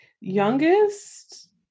youngest